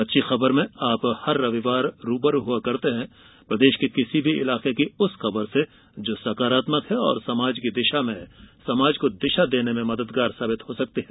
अच्छी खबरमें आप हर रविवार रूबरू होते हैं प्रदेश के किसी भी इलाके की उस खबर से जो सकारात्मक है और समाज को दिशा देने में मददगार साबित हो सकती है